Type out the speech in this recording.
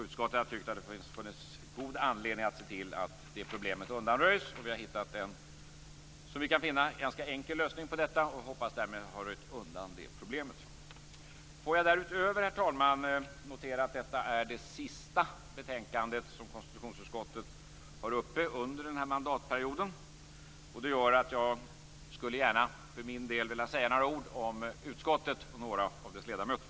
Utskottet anser att det finns god anledning att se till att det problemet undanröjs, och vi har hittat en ganska enkel lösning på detta, och vi hoppas att vi därmed har röjt undan detta problem. Herr talman! Jag noterar att detta är det sista betänkandet från konstitutionsutskottet som behandlas under denna mandatperiod. Det gör att jag gärna skulle vilja säga några ord om utskottet och om några av dess ledamöter.